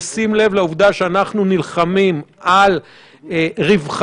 בשים לב לעובדה שאנחנו נלחמים על רווחת